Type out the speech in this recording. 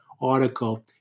article